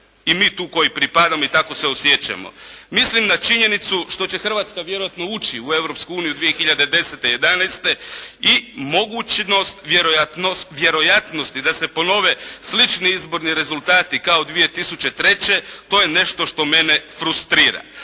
i mi tu koji pripadamo i tako se osjećamo. Mislim na činjenicu što će Hrvatska vjerojatno ući u Europsku uniju 2010., 2011. i mogućnost vjerojatnosti da se ponove slični izborni rezultati kao 2003. to je nešto što mene frustrira.